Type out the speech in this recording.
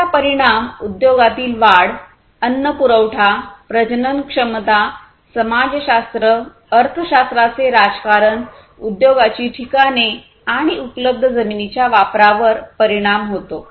याचा परिणाम उद्योगातील वाढ अन्न पुरवठा प्रजनन क्षमता समाज शास्त्र अर्थ शास्त्राचे राजकारण उद्योगाची ठिकाणे आणि उपलब्ध जमिनींच्या वापरावर परिणाम होतो